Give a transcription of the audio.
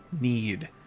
need